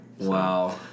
Wow